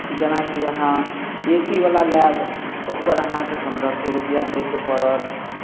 जेनाकि अहाँ A C बला लेब ओकर अहाँके पन्द्रह सए रुपैआ दैके पड़त